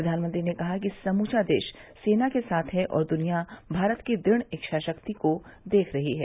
प्रधानमंत्री ने कहा कि समूचा देश सेना के साथ है और दुनिया भारत की दृढ़ इच्छा शक्ति को देख रही है